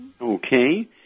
Okay